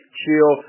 chill